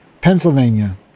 Pennsylvania